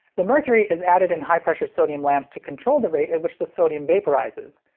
the mercury is added in high pressure sodium lamps to control the rate at which the sodium vaporizes.